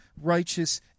righteous